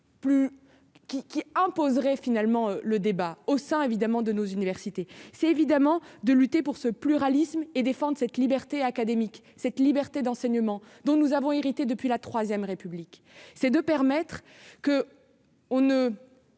qui imposerait finalement le débat au sein, évidemment, de nos universités, c'est évidemment de lutter pour ce pluralisme et défendent cette liberté académique cette liberté d'enseignement dont nous avons hérité depuis la IIIe République, c'est de permettre que on ne